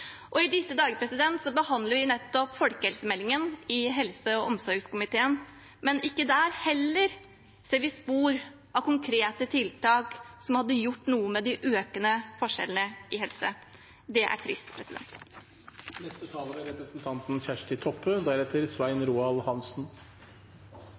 I disse dager behandler vi nettopp folkehelsemeldingen i helse- og omsorgskomiteen, men heller ikke der ser vi spor av konkrete tiltak som kunne ha gjort noe med de økende forskjellene innen helse. Det er trist. Politikk er ikkje noko anna enn helse i stort. Dette er